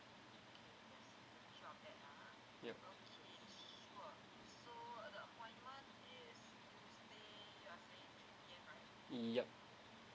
yup yup